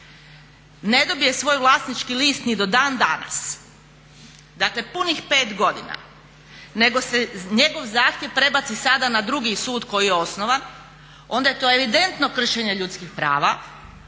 ne dobije svoj vlasnički list ni do dan danas, dakle punih 5 godina nego se njegov zahtjev prebaci sada na drugi sud koji je osnovan, onda je to evidentno kršenje ljudskih prava,